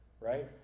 right